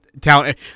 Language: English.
talent